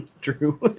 True